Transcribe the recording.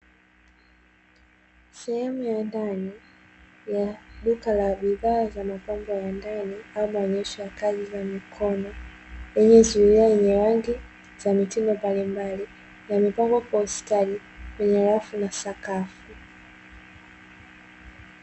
Sehemu ya ndani ya duka la bidhaa za mapambo ya ndani au maonesho ya kazi za mikono, yenye zulia zenye rangi za mitindo mbalimbali, yamepangwa kwa ustadi kwenye rafu na sakafu.